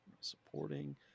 Supporting